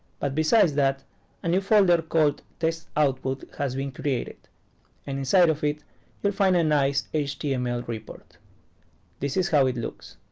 but besides that a new folder called test output has been created and inside of it you'll find a nice html report this is how it looks,